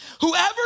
Whoever